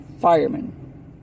firemen